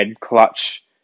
clutch